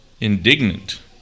indignant